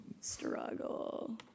Struggle